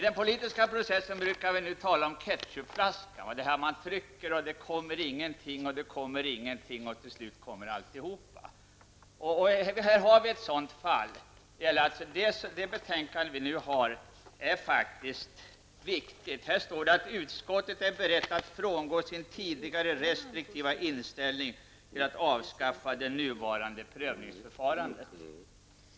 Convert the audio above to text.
Den politiska processen brukar liknas vid en ketchupflaska. Man trycker, men det kommer ingenting, kommer ingenting, och sedan kommer allting. Här har vi ett sådant fall. Det betänkande som vi nu behandlar är faktiskt viktigt. Det står i betänkandet ''att utskottet är berett att frångå sin tidigare restriktiva inställning till att avskaffa det nuvarande prövningsförfarandet''.